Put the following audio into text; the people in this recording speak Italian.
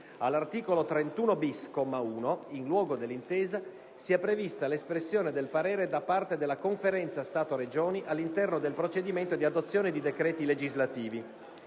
all'articolo 31-*bis*, comma 1, in luogo dell'intesa, sia prevista l'espressione del parere da parte della Conferenza Stato-Regioni all'interno del procedimento di adozione di decreti legislativi.